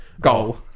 goal